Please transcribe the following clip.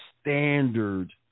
standard